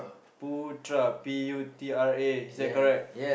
Putra P U T R A is that correct